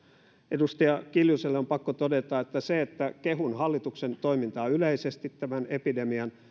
edustaja kiljuselle on pakko todeta että se että kehun hallituksen toimintaa yleisesti tämän epidemian